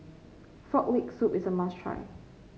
Frog Leg Soup is a must try